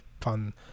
fun